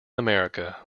america